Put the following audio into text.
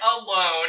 alone